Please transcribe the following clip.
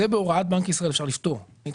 את זה אפשר לפתור בהוראת בנק ישראל.